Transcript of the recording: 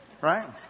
right